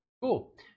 Cool